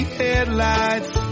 headlights